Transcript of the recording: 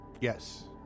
Yes